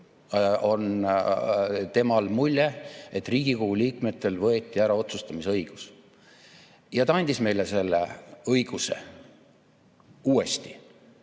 on temal mulje, et Riigikogu liikmetelt võeti ära otsustamisõigus. Ja ta andis meile selle õiguse uuesti.